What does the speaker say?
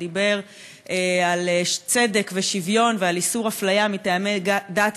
שדיבר על צדק ושוויון ועל איסור אפליה מטעמי דת,